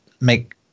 make